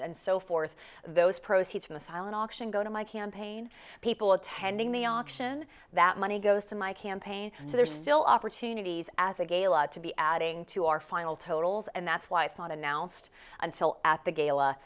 so forth those proceeds from the silent auction go to my campaign people attending the auction that money goes to my campaign so there's still opportunities as a gala to be adding to our final totals and that's why it's not announced until at the gala